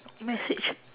message